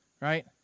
right